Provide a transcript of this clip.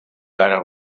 cara